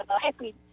happy